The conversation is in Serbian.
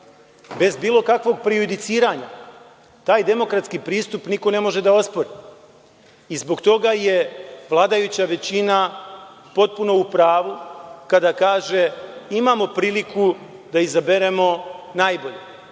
bez bilo kakvog prejudiciranja. Taj demokratski pristup niko ne može da ospori i zbog toga je vladajuća većina potpuno u pravu kada kaže imamo priliku da izaberemo najbolje.